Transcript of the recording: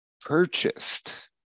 purchased